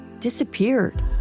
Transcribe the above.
disappeared